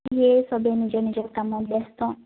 এই চবেই নিজৰ নিজৰ কামত ব্যস্ত